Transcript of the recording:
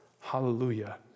Hallelujah